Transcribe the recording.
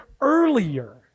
earlier